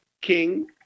King